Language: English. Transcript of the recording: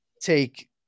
take